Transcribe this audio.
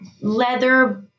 leather